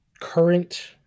current